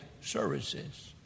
services